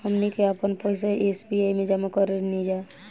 हमनी के आपन पइसा एस.बी.आई में जामा करेनिजा